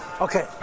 Okay